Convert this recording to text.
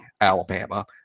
Alabama